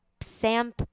Sam